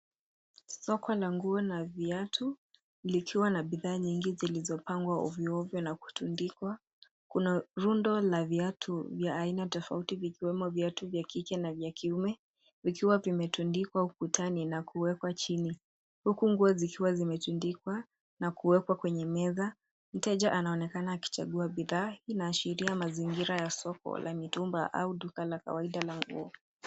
Soko na nguo na viatu likiwa na bidhaa nyingi zilizopangwa ovyo ovyo na kutundikwa. Kuna rundo la viatu vya aina tofauti vikiwemo viatu vya kike na vya kiume vikiwa vimetundikwa ukutani na kuwekwa chini. Huku nguo zikiwa zimetundikwa na kuwekwa kwenye meza. Mteja anaonekana akichagua bidhaa inaashiria mazingira ya soko la mitumba au duka la kawaida la nguo.